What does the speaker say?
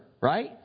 right